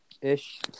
ish